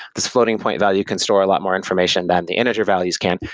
this floating point value can store a lot more information than the integer values can.